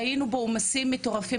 היינו, ואנחנו עדיין, בעומסים מטורפים,